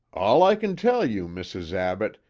all i can tell you, mrs. abbott,